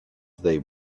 they